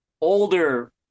older